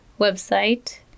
website